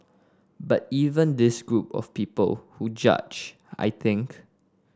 but even this group of people who judge I think